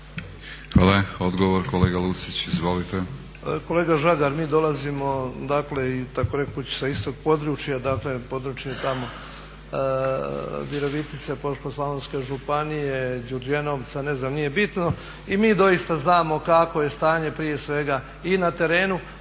Hvala. Odgovor kolega Lucić, izvolite. **Lucić, Franjo (HDZ)** Kolega Žagar, mi dolazimo dakle i takorekuć sa istog područja, dakle područje tamo Virovitice, Požeško-slavonske županije, Đurđenovca, ne znam nije bitno i mi doista znamo kakvo je stanje prije svega i na terenu